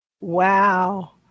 Wow